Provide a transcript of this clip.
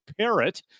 parrot